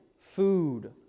food